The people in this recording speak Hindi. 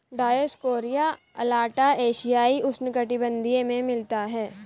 डायोस्कोरिया अलाटा एशियाई उष्णकटिबंधीय में मिलता है